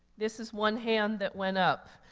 this is one hand that went up.